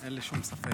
אין לי שום ספק.